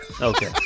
Okay